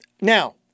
Now